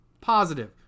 Positive